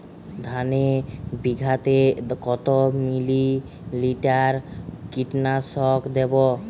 ধানে বিঘাতে কত মিলি লিটার কীটনাশক দেবো?